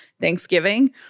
Thanksgiving